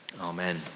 Amen